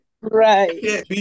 right